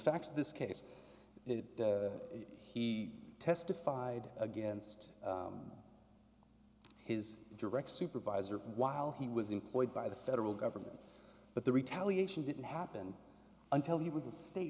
facts of this case he testified against his direct supervisor while he was employed by the federal government but the retaliation didn't happen until he was a state